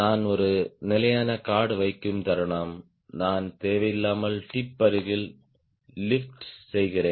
நான் ஒரு நிலையான கார்ட் வைக்கும் தருணம் நான் தேவையில்லாமல் டிப் அருகில் லிப்ட் செய்கிறேன்